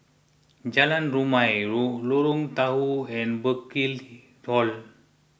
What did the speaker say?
Jalan Rumia Lorong Tahar and Burkill Hall